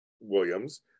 Williams